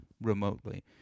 remotely